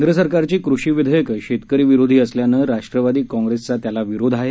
केंद्र सरकारची कृषी विधेयक शेतकरी विरोधी असल्यामुळेच राष्ट्रवादी काँप्रेसचा त्याला विरोध आहे